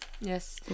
Yes